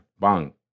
Bang